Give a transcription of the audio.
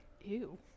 Ew